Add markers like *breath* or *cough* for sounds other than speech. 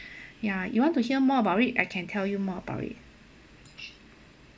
*breath* ya you want to hear more about it I can tell you more about it